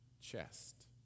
chest